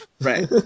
Right